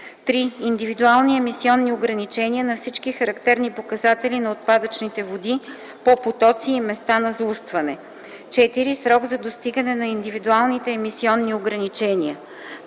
3. индивидуални емисионни ограничения на всички характерни показатели на отпадъчните води по потоци и места на заустване; 4. срок за достигане на индивидуалните емисионни ограничения;